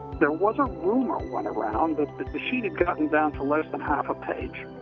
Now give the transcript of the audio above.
there was a rumor went around that the machine had gotten down to less than half a page.